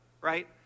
right